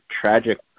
tragic